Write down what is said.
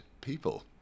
people